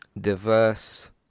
diverse